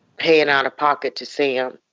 payin' out of pocket to see em.